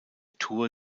tour